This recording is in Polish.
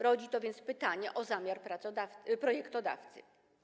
Rodzi to więc pytanie o zamiar projektodawcy.